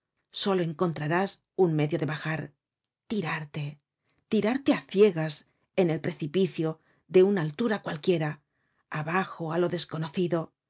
solo encontrarás un medio de bajar ticarte tirarte á ciegas en el precipipio de una altura cualquiera abajo á lo desconocido